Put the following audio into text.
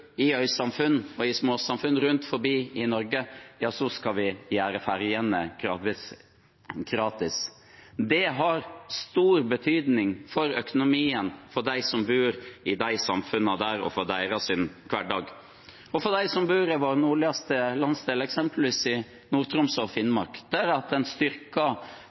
i øysamfunn og småsamfunn rundt om i Norge – å gjøre fergene gradvis gratis. Det har stor betydning for økonomien til dem som bor i de samfunnene, og for deres hverdag. Og for dem som bor i vår nordligste landsdel, eksempelvis Nord-Troms og Finnmark,